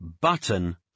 Button